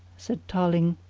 said tarling,